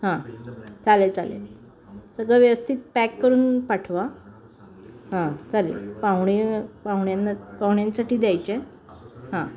हां चालेल चालेल सगळं व्यवस्थित पॅक करून पाठवा हां चालेल पाहुणे पाहुण्यांना पाहुण्यांसाठी द्यायच्या आहे हां